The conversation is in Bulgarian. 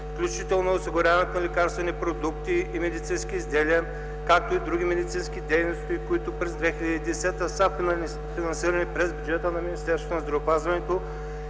включително осигуряването на лекарствени продукти и медицински изделия, както и други медицински дейности, които през 2010 г. са финансирани през бюджета на Министерството на здравеопазването